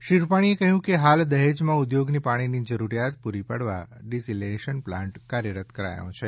શ્રી રૂપાણીએ કહ્યું કે હાલ દહેજમાં ઉદ્યોગની પાણીની જરૂરીયાત પૂરી કરવા ડિસેલીનેશન પ્લાન્ટ કાર્યરત કરાયો છે